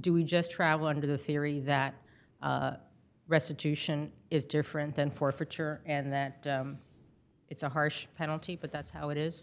do just travel under the theory that restitution is different than forfeiture and that it's a harsh penalty but that's how it is